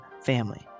family